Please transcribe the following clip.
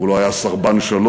הוא לא היה סרבן שלום,